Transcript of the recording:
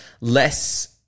less